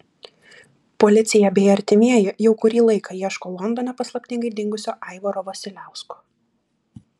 policija bei artimieji jau kurį laiką ieško londone paslaptingai dingusio aivaro vasiliausko